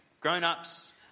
grown-ups